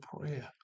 prayer